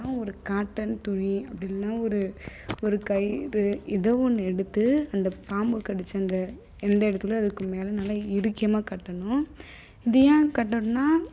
ஒரு காட்டன் துணி அப்படி இல்லைனா ஒரு ஒரு கயிறு எதோ ஒன்று எடுத்து அந்த பாம்பு கடித்த அந்த எந்த இடத்துலயோ அதுக்கு மேல் நல்லா இறுக்கியமாக கட்டணும் இது ஏன் கட்டணும்னா